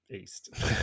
East